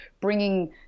bringing